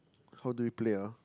how do we play ah